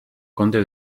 conde